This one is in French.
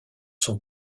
sont